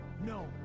No